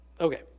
Okay